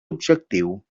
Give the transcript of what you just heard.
objectiu